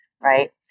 right